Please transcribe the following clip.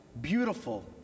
beautiful